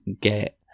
get